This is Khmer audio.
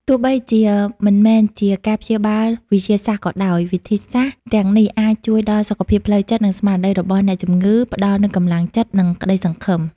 ទោះបីជាមិនមែនជាការព្យាបាលវិទ្យាសាស្ត្រក៏ដោយ វិធីសាស្រ្តទាំងនេះអាចជួយដល់សុខភាពផ្លូវចិត្ត និងស្មារតីរបស់អ្នកជំងឺ ផ្ដល់នូវកម្លាំងចិត្ត និងក្តីសង្ឃឹម។